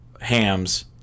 Hams